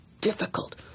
difficult